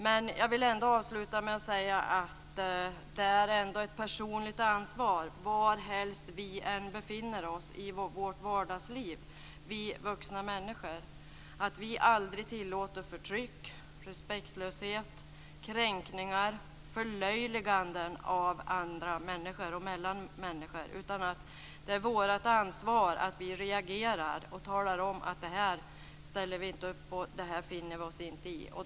Men jag vill avsluta med att säga att det ändå är ett personligt ansvar var vi vuxna människor än befinner oss i vårt vardagsliv att vi aldrig tillåter förtryck, respektlöshet, kränkningar och förlöjliganden av andra människor. Det är vårt ansvar att reagera och tala om att vi inte ställer upp på och finner oss i sådant.